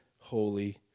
holy